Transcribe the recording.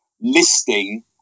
listing